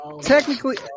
Technically